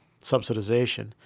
subsidization